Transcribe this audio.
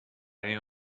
این